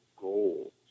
goals